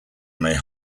may